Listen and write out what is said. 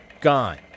Gone